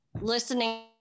listening